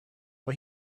but